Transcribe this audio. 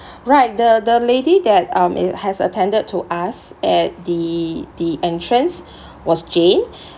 right the the lady that um it has attended to us at the the entrance was jane